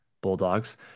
Bulldogs